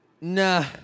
Nah